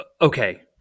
okay